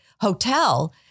hotel